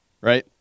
right